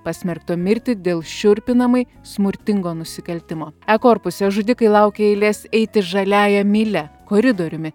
pasmerkto mirti dėl šiurpinamai smurtingo nusikaltimo e korpuse žudikai laukė eilės eiti žaliąja mylia koridoriumi